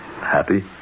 Happy